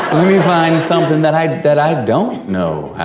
let me find something that i that i don't know